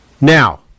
Now